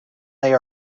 they